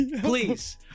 please